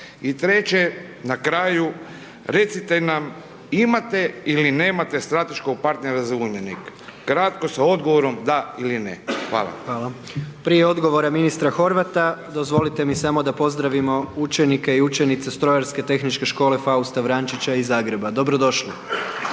I treće, na kraju, recite nam, imate ili nemate strateškog partera za Uljanik. Kratko sa odgovorom DA ili NE. Hvala. **Jandroković, Gordan (HDZ)** Prije odgovora ministra Horvata, dozvolite mi da samo da pozdravimo učenike i učenice Strojarske tehničke škole Fausta Vranjčića iz Zagreba. Dobro došli!